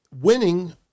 Winning